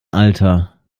alter